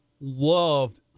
loved –